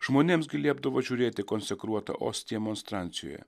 žmonėms gi liepdavo žiūrėti konsekruotą ostiją monstrancijoje